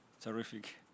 Terrific